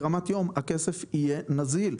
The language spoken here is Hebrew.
ברמת יום הכסף יהיה נזיל.